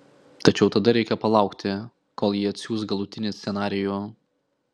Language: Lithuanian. tačiau tada reikia palaukti kol ji atsiųs galutinį scenarijų